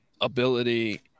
ability